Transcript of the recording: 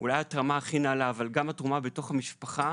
אולי התרומה הכי נעלה, אבל גם התרומה בתוך המשפחה